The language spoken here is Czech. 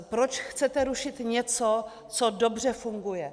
Proč chcete rušit něco, co dobře funguje?